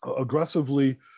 aggressively